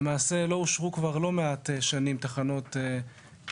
למעשה לא אושרו כבר לא מעט שנים תחנות חדשות.